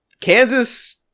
Kansas